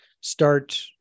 start